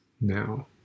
now